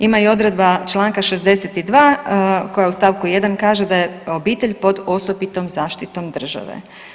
Ima i odredba članka 62. koja u stavku 1. kaže da je obitelj pod osobitom zaštitom države.